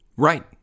Right